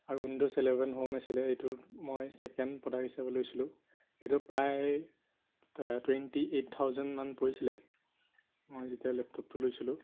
আৰু Windows eleven home আছিলে এইটো মই ছেকেণ্ড প্ৰডাক্ট হিচাপে লৈছিলোঁ এইটো প্ৰায় টুৱেণ্টি এইট থাউজেণ্ডমান পৰিছিলে মই যেতিয়া লেপটপটো লৈছিলোঁ